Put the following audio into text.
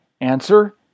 Answer